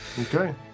Okay